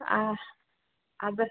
ആ അത്